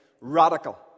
Radical